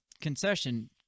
concession